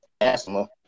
asthma